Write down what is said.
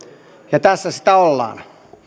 ja tässä sitä ollaan